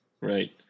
Right